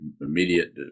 immediate